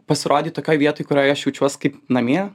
pasirodyt tokioj vietoj kurioj aš jaučiuos kaip namie